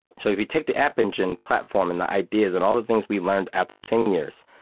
so if you take the app engine platform and the ideas and all the things we learned after ten years,